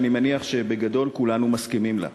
ואני מניח שבגדול כולנו מסכימים לה: